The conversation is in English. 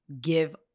give